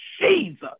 Jesus